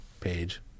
page